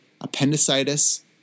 appendicitis